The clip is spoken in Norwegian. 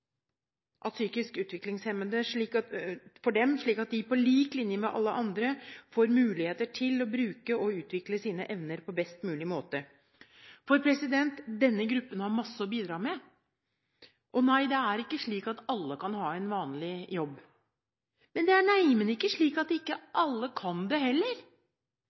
at psykisk utviklingshemmede på lik linje med alle andre får muligheter til å bruke og utvikle sine evner på best mulig måte. For denne gruppen har masse å bidra med. Nei, det er ikke slik at alle kan ha en vanlig jobb, men det er neimen ikke slik at ikke alle kan det heller.